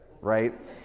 right